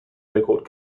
record